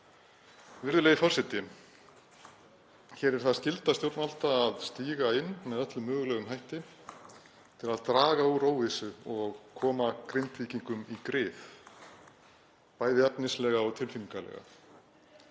Virðulegi forseti. Hér er það skylda stjórnvalda að stíga inn með öllum mögulegum hætti til að draga úr óvissu og koma Grindvíkingum í grið, bæði efnislega og tilfinningalega.